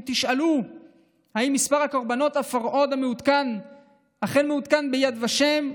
אם תשאלו אם מספר הקורבנות הפרהוד אכן מעודכן ביד ושם,